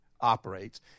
operates